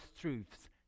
truths